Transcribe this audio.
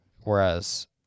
Whereas